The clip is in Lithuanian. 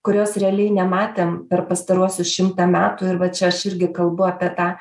kurios realiai nematėm per pastaruosius šimtą metų ir va čia aš irgi kalbu apie tą